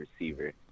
receiver